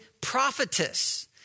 prophetess